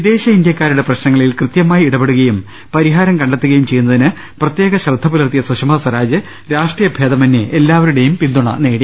വിദേശ ഇന്ത്യക്കാരുടെ പ്രശ്നങ്ങളിൽ കൃത്യമായി ഇട പെടുകയും പരിഹാരം കണ്ടെത്തുകയും ചെയ്യുന്നതിന് പ്രത്യേക ശ്രദ്ധ പുലർത്തിയ സുഷമസ്വരാജ് രാഷ്ട്രീയ ഭേദമന്യേ എല്ലാവരുടെയും പിന്തുണ നേടി